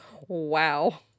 wow